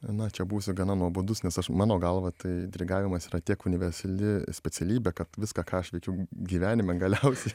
na čia būsiu gana nuobodus nes aš mano galva tai dirigavimas yra tiek universali specialybė kad viską ką aš liečiu gyvenime galiausiai